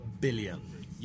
billion